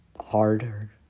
harder